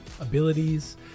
abilities